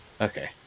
Okay